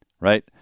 Right